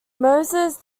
moses